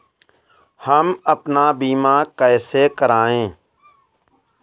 हम अपना बीमा कैसे कराए?